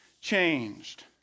changed